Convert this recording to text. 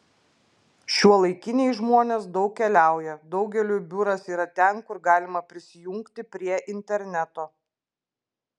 šiuolaikiniai žmonės daug keliauja daugeliui biuras yra ten kur galima prisijungti prie interneto